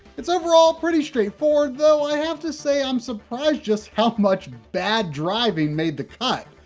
it's overall pretty straightforward, though i have to say i'm surprised just how much bad driving made the cut.